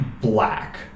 black